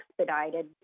expedited